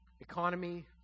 economy